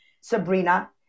Sabrina